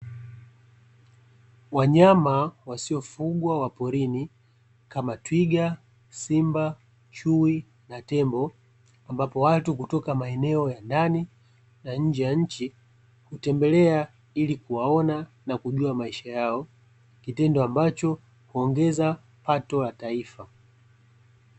Wanyama wasiofugwa wa porini, kama twiga, simba, chui, na tembo, ambapo watu kutoka maeneo ya ndani na nje ya nchi, hutembelea ili kuwaona na kujua maisha yao, kitendo ambacho huongeza pato la taifa.